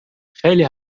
خیلی